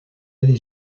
les